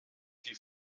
die